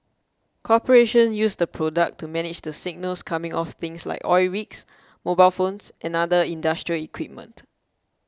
corporations use the product to manage the signals coming off things like oil rigs mobile phones and other industrial equipment